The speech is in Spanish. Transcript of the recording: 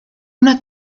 una